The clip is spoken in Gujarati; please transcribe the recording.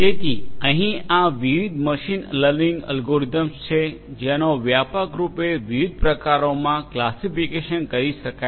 તેથી અહીં આ વિવિધ મશીન લર્નિંગ એલ્ગોરિધમ્સ છે જેનો વ્યાપક રૂપે વિવિધ પ્રકારોમાં ક્લાસિફિકેશન કરી શકાય છે